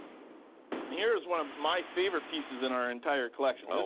here is one of my favorite pieces in our entire collection. ah